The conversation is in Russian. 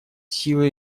силы